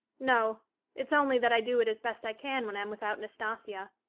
no it's only that i do it as best i can when i'm without nastasia.